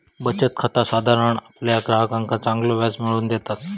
बचत खाता साधारण आपल्या ग्राहकांका चांगलो व्याज मिळवून देतत